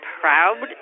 proud